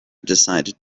decided